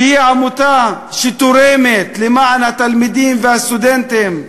שהיא עמותה שתורמת למען התלמידים והסטודנטים,